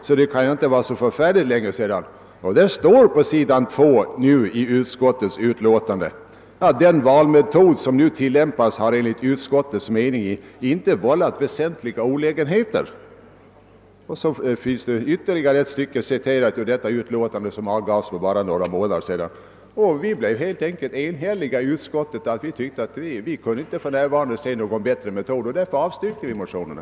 Utskottet yttrade då — det återges på s. 2 i utlåtande nr 16: >Den valmetod som nu tillämpas har enligt utskottets mening inte vållat väsentliga olägenheter.» Ytterligare ett stycke citeras ur detta utlåtande, som avgavs för bara några månader sedan. Vi blev eniga i utskottet om att vi inte kunde se någon bättre metod, och därför avstyrkte vi motionerna.